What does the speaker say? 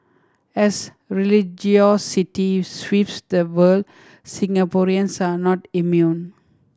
as religiosity sweeps the world Singaporeans are not immune